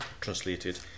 translated